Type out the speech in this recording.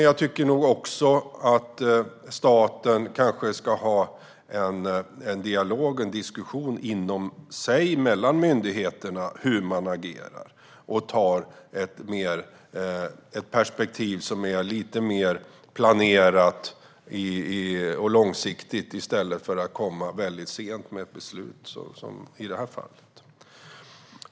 Jag tycker också att staten ska ha en dialog och diskussion inom sig, mellan myndigheterna, om hur man ska agera, och ha ett perspektiv som är lite mer planerat och långsiktigt i stället för att beslut kommer väldigt sent, som i det här fallet.